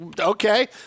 Okay